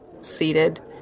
Seated